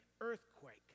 earthquake